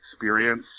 experience